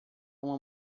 uma